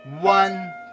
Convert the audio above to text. one